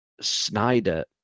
Snyder